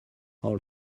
all